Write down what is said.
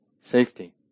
safety